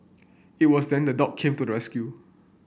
it was then the dog came to rescue